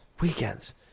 weekends